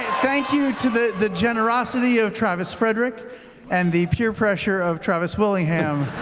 thank you to the the generosity of travis frederick and the peer pressure of travis willingham.